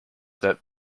that